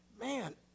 man